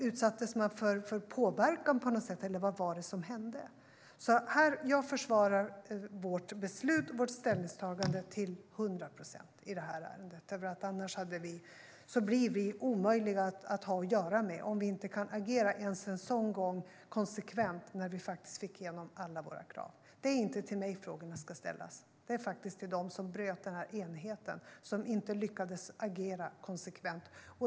Utsattes man för påverkan på något sätt, eller vad var det som hände? Jag försvarar vårt beslut och vårt ställningstagande till hundra procent i det här ärendet, för vi skulle bli omöjliga att ha att göra med om vi inte hade kunnat agera konsekvent ens en sådan gång då vi faktiskt fick igenom alla våra krav. Det är inte till mig som frågorna ska ställas. Det är till dem som bröt enigheten, som inte lyckades agera konsekvent.